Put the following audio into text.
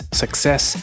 success